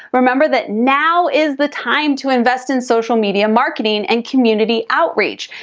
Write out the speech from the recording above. remember that now is the time to invest in social media marketing and community outreach.